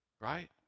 Right